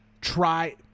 Try